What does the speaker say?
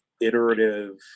iterative